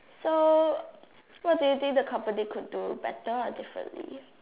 so what do you think the company could do better or differently